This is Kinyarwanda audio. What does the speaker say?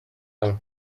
hamwe